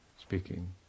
speaking